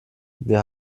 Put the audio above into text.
wir